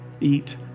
eat